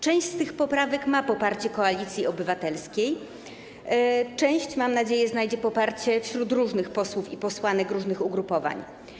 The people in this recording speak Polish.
Część z tych poprawek ma poparcie Koalicji Obywatelskiej, część - mam nadzieję - znajdzie poparcie wśród posłów i posłanek różnych ugrupowań.